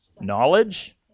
Knowledge